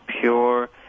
pure